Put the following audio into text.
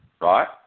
right